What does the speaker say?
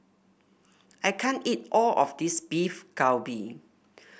I can't eat all of this Beef Galbi